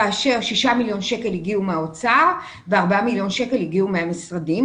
כאשר 6 מיליון שקלים הגיעו מהאוצר ו-4 מיליון שקלים הגיעו מהמשרדים.